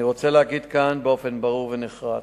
אני רוצה להגיד כאן באופן ברור ונחרץ,